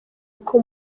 uko